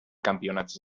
campionats